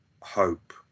hope